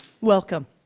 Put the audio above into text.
welcome